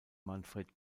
manfred